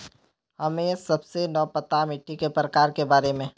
हमें सबके न पता मिट्टी के प्रकार के बारे में?